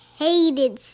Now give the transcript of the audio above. hated